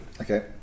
okay